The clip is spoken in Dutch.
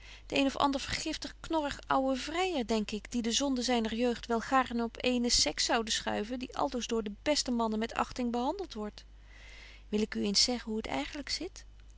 de een of ander vergiftig knorrig ouwe vryer denk ik die de zonden zyner jeugd wel gaarn op eene sex zoude schuiven die altoos door de beste mannen met achting behandelt wordt wil ik u eens zeggen hoe het eigenlyk zit